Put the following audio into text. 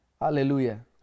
Hallelujah